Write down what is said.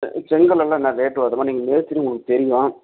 செங்கலெல்லாம் என்ன ரேட்டு வருதும்மா நீங்கள் மேஸ்த்திரி உங்களுக்கு தெரியும்